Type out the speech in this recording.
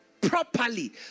properly